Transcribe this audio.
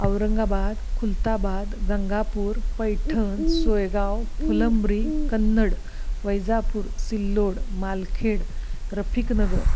Aurangabad Khultabad Gangapur Paithan Soygaon Phulambri Kannad Vaijapur Sillod Malkhed Rafiqnagar